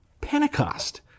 Pentecost